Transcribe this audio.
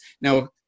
Now